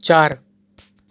ચાર